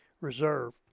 reserve